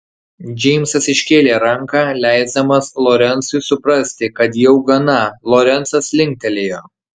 džeimsas iškėlė ranką leisdamas lorencui suprasti kad jau gana lorencas linktelėjo